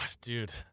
Dude